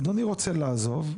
אדוני רוצה לעזוב,